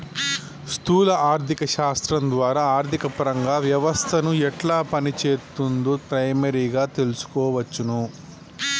స్థూల ఆర్థిక శాస్త్రం ద్వారా ఆర్థికపరంగా వ్యవస్థను ఎట్లా పనిచేత్తుందో ప్రైమరీగా తెల్సుకోవచ్చును